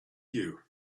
you